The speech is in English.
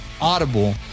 Audible